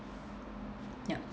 yup